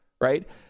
right